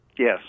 Yes